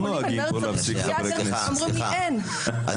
החולים ואומרת שצריך פסיכיאטר ואומרים לי שאין.